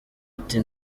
ati